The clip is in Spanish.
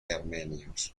armenios